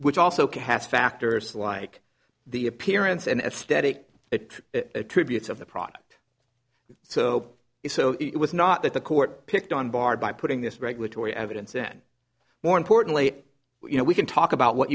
which also has factors like the appearance and aesthetic it attributes of the product so so it was not that the court picked on bard by putting this regulatory evidence in more importantly you know we can talk about what